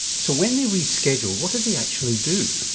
so when they reschedule, what do they actually do?